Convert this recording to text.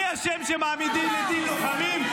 מי אשם שמעמידים לדין לוחמים?